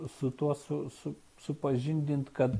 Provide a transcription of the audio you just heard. su tuo su su supažindint kad